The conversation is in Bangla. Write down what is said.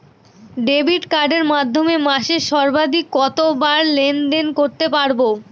ডেবিট কার্ডের মাধ্যমে মাসে সর্বাধিক কতবার লেনদেন করতে পারবো?